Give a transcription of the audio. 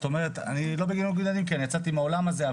אני לא בניגוד עניינים כי אני יצאתי מהעולם הזה.